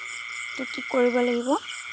এইটো কি কৰিব লাগিব